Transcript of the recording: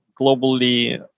globally